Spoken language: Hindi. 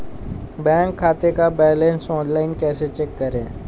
बैंक खाते का बैलेंस ऑनलाइन कैसे चेक करें?